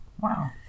Wow